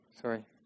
sorry